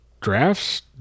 drafts